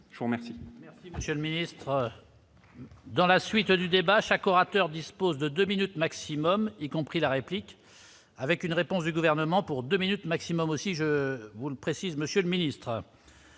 je vous remercie.